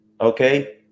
okay